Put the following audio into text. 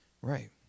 Right